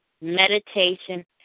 meditation